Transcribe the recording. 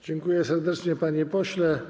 Dziękuję serdecznie, panie pośle.